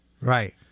Right